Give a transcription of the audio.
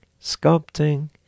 sculpting